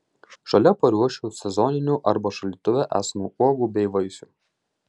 šalia paruošiu sezoninių arba šaldytuve esamų uogų bei vaisių